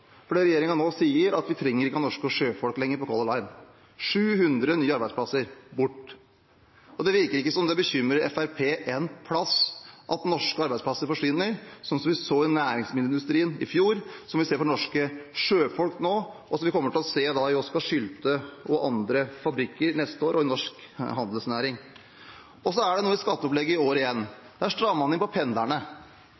nå sier, er at vi trenger ikke å ha norske sjøfolk lenger på Color Line – 700 nye arbeidsplasser bort. Det virker ikke som det bekymrer Fremskrittspartiet én plass at norske arbeidsplasser forsvinner, sånn som vi så i næringsmiddelindustrien i fjor, som vi ser for norske sjøfolk nå, og som vi kommer til å se for Oskar Sylte og andre fabrikker neste år, og i norsk handelsnæring. Så er det noe i skatteopplegget i år igjen.